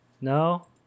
No